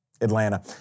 Atlanta